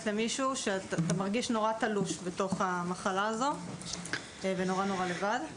למישהו שאתה מרגיש נורא תלוש בתוך המחלה הזו ונורא-נורא לבד.